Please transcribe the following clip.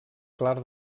clar